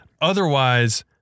Otherwise